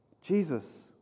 Jesus